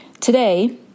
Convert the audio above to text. today